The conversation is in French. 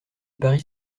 paris